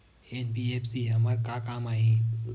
NBFC हमर का काम आही?